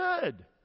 good